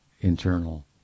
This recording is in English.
internal